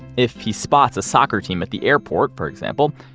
if he spots a soccer team at the airport, for example,